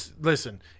listen